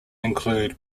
include